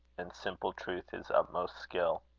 and simple truth his utmost skill.